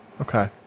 Okay